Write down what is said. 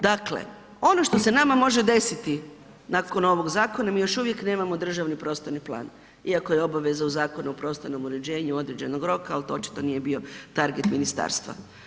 Dakle, ono što se nama može desiti nakon ovog zakona mi još uvijek nemamo državni prostorni plan iako je obaveza u Zakonu o prostornom uređenju određenog roka, ali to očito nije bilo target ministarstva.